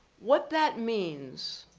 what that means,